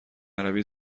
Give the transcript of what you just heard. عربی